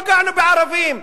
פגענו בערבים.